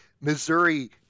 Missouri